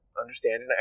understand